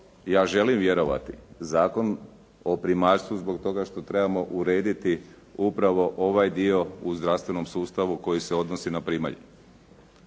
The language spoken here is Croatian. ja želim vjerovati, Zakon o primaljstvu zbog toga što trebamo urediti upravo ovaj dio u zdravstvenom sustavu koji se odnosi na primalju.